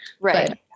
Right